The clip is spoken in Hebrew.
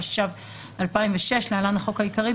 התשס"ו 2006 (להלן - החוק העיקרי),